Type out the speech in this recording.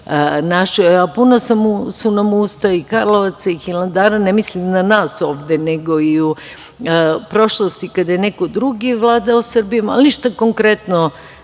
našoj, a puna su nam usta i Karlovaca i Hilandara, ne mislim na nas ovde, nego i u prošlosti kada je neko drugi vladao Srbijom, ali ništa konkretno